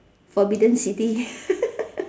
forbidden city